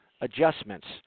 adjustments